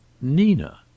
Nina